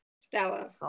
Stella